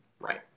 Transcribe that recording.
Right